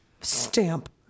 stamp